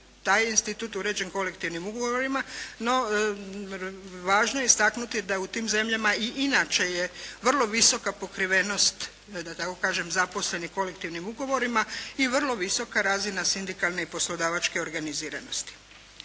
taj institut uređen kolektivnim ugovorima. No važno je istaknuti da u tim zemljama i inače je vrlo visoka pokrivenost da tako kažem zaposlenih kolektivnim ugovorima i vrlo visoka razina poslodavačke i sindikalne organiziranosti.